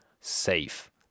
safe